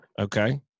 Okay